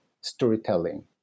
storytelling